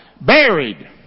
Buried